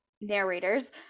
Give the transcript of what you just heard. narrators